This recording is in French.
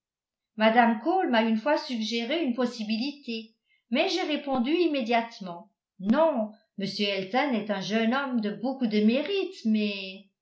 mme cole m'a une fois suggéré une possibilité mais j'ai répondu immédiatement non m elton est un jeune homme de beaucoup de mérite mais